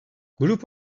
grup